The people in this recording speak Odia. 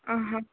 ଉଁ ହୁଁ